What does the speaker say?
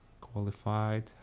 qualified